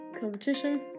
competition